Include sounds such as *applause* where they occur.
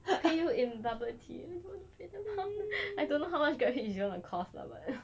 pay you in bubble tea I don't know much grab hitch going to cost lah but *breath*